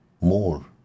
more